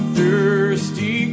thirsty